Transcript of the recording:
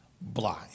blind